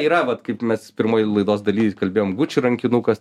yra vat kaip mes pirmoj laidos daly kalbėjom guči rankinukas